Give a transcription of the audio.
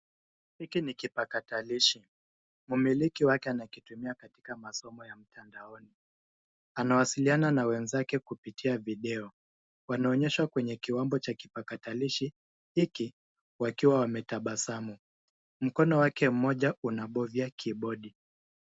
Hiki ni kipakatalishi. Mmiliki wake anakitumia katika masomo ya mtandaoni. Anawasiliana na wenzake kupitia video. Wanaonyeshwa kwenye kiwambo cha kipakatalishi hiki wakiwa wametabasamu. Mkono wake mmoja unabofya kibodi.